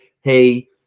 hey